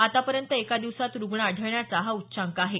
आतापर्यंत एका दिवसात रुग्ण आढळण्याचा हा उच्चांक आहे